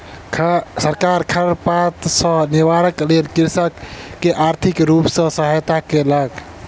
सरकार खरपात सॅ निवारणक लेल कृषक के आर्थिक रूप सॅ सहायता केलक